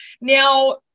Now